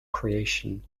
creation